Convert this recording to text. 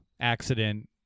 accident